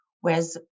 Whereas